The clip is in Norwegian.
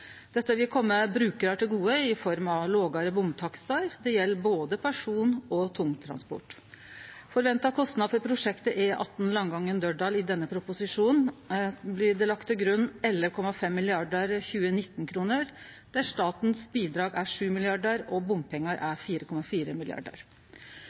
Dette vil kome brukarar til gode i form av lågare bomtakstar. Det gjeld både person- og tungtransport. I denne proposisjonen blir det lagt til grunn ein forventa kostnad for prosjektet E18 Langangen–Dørdal på 11,5 mrd. 2019-kroner, der bidraget frå staten er 7 mrd. kr og bompengar